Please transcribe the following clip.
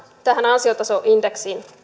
ansiotasoindeksiin